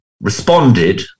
responded